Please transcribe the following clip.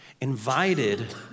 invited